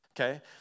Okay